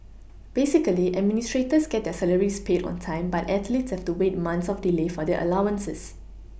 basically administrators get their salaries paid on time but athletes have to wait months of delay for their allowances